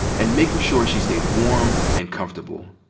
and making sure she stayed warm and comfortable.